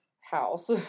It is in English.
house